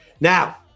Now